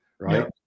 Right